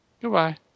Goodbye